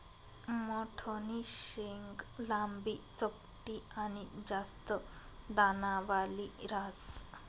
मठनी शेंग लांबी, चपटी आनी जास्त दानावाली ह्रास